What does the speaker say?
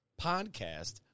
podcast